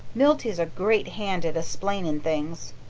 milty's a great hand at esplaining things.